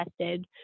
tested